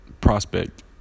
prospect